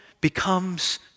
becomes